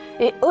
et